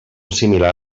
similars